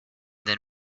then